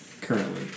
currently